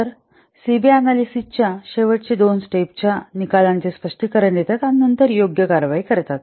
तर C B analysis च्या शेवटच्या दोन स्टेप अनॅलिसिस च्या निकालांचे स्पष्टीकरण देतात आणि नंतर योग्य कारवाई करतात